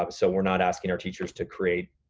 um so we're not asking our teachers to create,